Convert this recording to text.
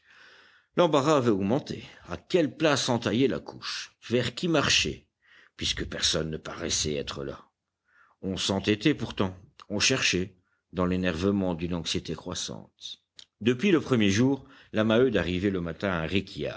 l'embarras avait augmenté à quelle place entailler la couche vers qui marcher puisque personne ne paraissait être là on s'entêtait pourtant on cherchait dans l'énervement d'une anxiété croissante depuis le premier jour la maheude arrivait le matin